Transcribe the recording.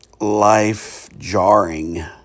life-jarring